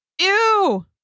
Ew